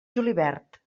julivert